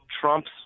Trump's